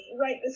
right